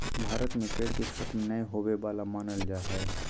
भारत में पेड़ के खतम नय होवे वाला मानल जा हइ